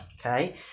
okay